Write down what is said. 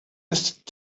ist